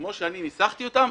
כמו שהיא ניסחה אותם,